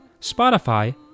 Spotify